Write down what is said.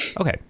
Okay